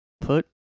Put